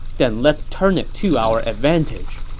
then let's turn it to our advantage.